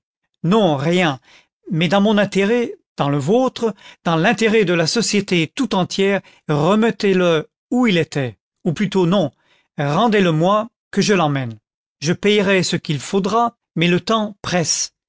non rien mais dans mon intérêt dans le vôtre dans l'intérêt de la société tout entière remettez-le où il était ou plutôt non rendez-le-moi que je l'emmène je payerai ce qu'il faudra mais le temps presse